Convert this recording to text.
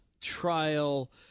trial